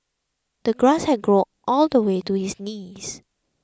the grass had grown all the way to his knees